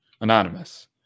anonymous